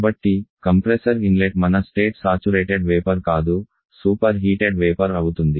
కాబట్టి compressor inlet మన state saturated vapour కాదు సూపర్ హీటెడ్ వేపర్ అవుతుంది